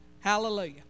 Hallelujah